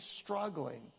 struggling